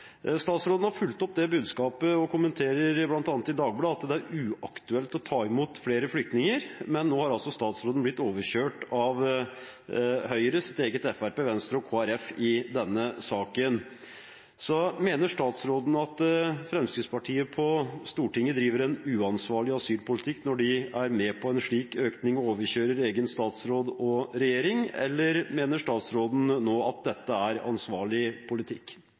Statsråden har fulgt opp det budskapet og har kommentert, bl.a. i Dagbladet, at det er uaktuelt å ta imot flere flyktninger, men nå har altså statsråden blitt overkjørt av Høyre, sitt eget parti, Fremskrittspartiet, Venstre og Kristelig Folkeparti i denne saken. Mener statsråden at Fremskrittspartiet på Stortinget driver en uansvarlig asylpolitikk når de er med på en slik økning og overkjører egen statsråd og regjering, eller mener statsråden nå at dette er ansvarlig politikk?